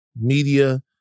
media